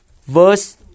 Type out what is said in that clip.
verse